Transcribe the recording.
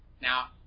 now